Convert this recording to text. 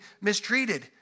mistreated